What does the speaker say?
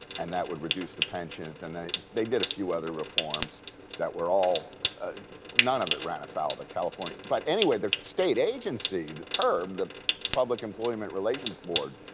and that would reduce the pensions, and then they did a few other reforms that were all none of it ran afoul the california but anyway, the state agency, the perb, the public employment relations board,